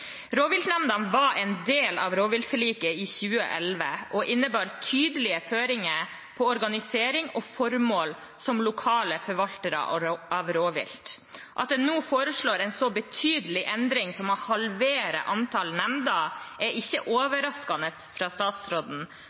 Rovviltnemndene var en del av rovviltforliket i 2011 og innebar tydelige føringer for organisering og formål som lokale forvaltere av rovvilt. At statsråden nå foreslår en så betydelig endring som å halvere antall nemnder, er ikke overraskende.